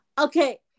Okay